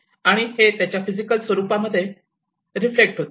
आणि हे त्याच्या फिजिकल स्वरुपाद्वारे रिफ्लेट होते